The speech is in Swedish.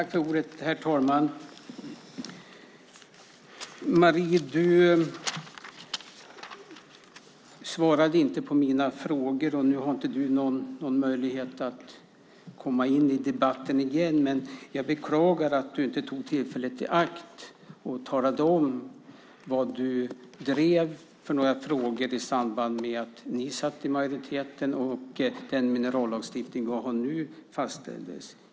Herr talman! Du svarade inte på mina frågor, Marie, och nu har du ingen möjlighet att komma in i debatten igen. Jag beklagar att du inte tog tillfället i akt och talade om vad du drev för frågor i samband med att ni satt i majoriteten och den minerallagstiftning vi nu har fastställdes.